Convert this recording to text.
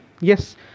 yes